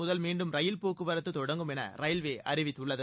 முதல் மீண்டும் ரயில்போக்குவரத்து தொடங்கும் என ரயில்வே அறிவித்துள்ளது